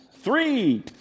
three